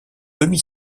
demi